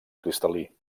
cristal·lí